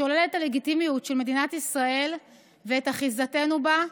שולל את הלגיטימיות של מדינת ישראל ואת אחיזתנו בה,